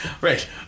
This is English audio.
Right